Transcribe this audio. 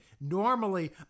Normally